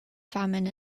famine